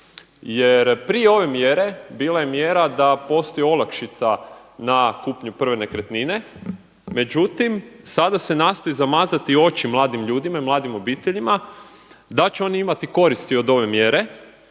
Jer prije ove mjere bila je mjera da postoji olakšica na kupnju prve nekretnine, međutim sada se nastoji zamazati oči mladim ljudima i mladim obiteljima, da će oni imati koristi od ove mjere.